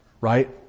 right